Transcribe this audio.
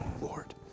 Lord